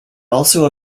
also